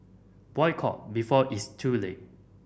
boycott before it's too late